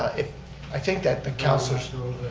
if i think that the councilors do